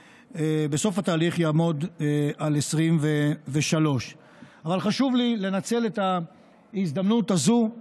ובסוף התהליך הוא יעמוד על 23. אבל חשוב לי לנצל את ההזדמנות הזו,